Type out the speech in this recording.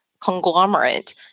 conglomerate